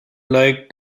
like